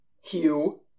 Hugh